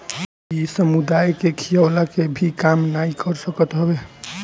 इ समुदाय के खियवला के भी काम नाइ कर सकत हवे